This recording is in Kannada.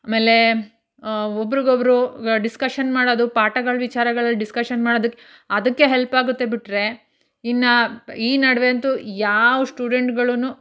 ಆಮೇಲೆ ಒಬ್ರಿಗೊಬ್ರು ಡಿಸ್ಕಶನ್ ಮಾಡೋದು ಪಾಠಗಳ ವಿಚಾರಗಳಲ್ಲಿ ಡಿಸ್ಕಶನ್ ಮಾಡೋದು ಅದಕ್ಕೆ ಹೆಲ್ಪಾಗುತ್ತೆ ಬಿಟ್ಟರೆ ಇನ್ನೂ ಈ ನಡುವೆಯಂತೂ ಯಾವ ಸ್ಟೂಡೆಂಟ್ಗಳೂ